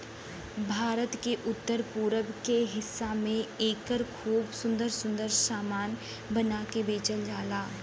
भारत के उत्तर पूरब के हिस्सा में एकर खूब सुंदर सुंदर सामान बना के बेचल जाला